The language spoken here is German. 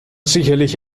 sicherlich